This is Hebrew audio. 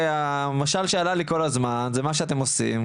המשל שעלה לי כל הזמן למה שאתם עושים,